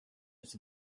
its